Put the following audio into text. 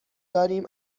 داریم